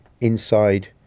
inside